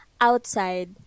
outside